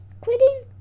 Quitting